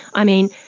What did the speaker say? i mean,